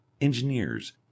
engineers